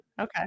Okay